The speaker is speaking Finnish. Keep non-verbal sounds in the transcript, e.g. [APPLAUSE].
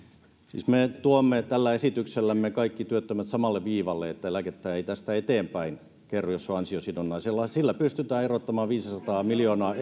siis me tuomme tällä esityksellämme kaikki työttömät samalle viivalle niin että eläkettä ei tästä eteenpäin kerry jos on ansiosidonnaisella ja sillä pystytään erottamaan viisisataa miljoonaa [UNINTELLIGIBLE]